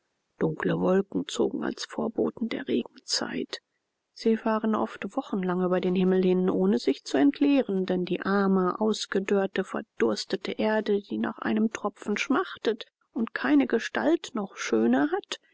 dunkle wolken zogen als vorboten der regenzeit sie fahren oft wochenlang über den himmel hin ohne sich zu entleeren denn die arme ausgedörrte verdurstete erde die nach einem tropfen schmachtet und keine gestalt noch schöne hat